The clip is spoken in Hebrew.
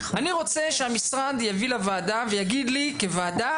אני רוצה שהמשרד יביא לוועדה ויגיד לי כוועדה